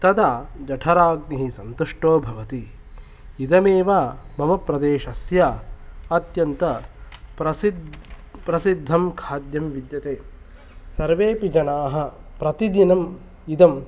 तदा जठराग्निः सन्तुष्टो भवति इदमेव मम प्रदेशस्य अत्यन्तप्रसिद् प्रसिद्धं खाद्यम् विद्यते सर्वेपि जनाः प्रतिदिनम् इदम्